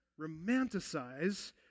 romanticize